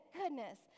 goodness